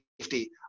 safety